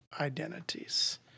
identities